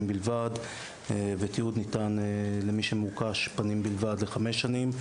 בלבד ותיעוד ניתן למי שמוקש פנים בלבד לחמש שנים.